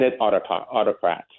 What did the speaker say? autocrats